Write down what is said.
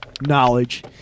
knowledge